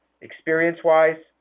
experience-wise